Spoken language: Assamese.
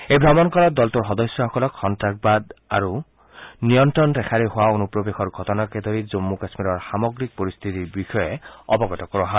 এই ভ্ৰমণকালত দলটোৰ সদস্যসকলক সন্ত্ৰাসবাদ আৰু নিয়ন্ত্ৰণ ৰেখাৰে হোৱা অনূপ্ৰৱেশৰ ঘটনাকে ধৰি জন্মু কাশ্মীৰৰ সামগ্ৰিক পৰিস্থিতিৰ বিষয়ে অৱগত কৰোৱা হয়